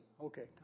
Okay